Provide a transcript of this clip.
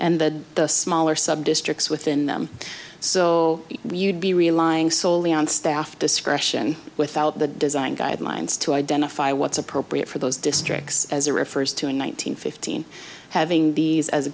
and that the smaller subdistricts within them so you'd be relying solely on staff discretion without the design guidelines to identify what's appropriate for those districts as a refers to in one nine hundred fifteen having these as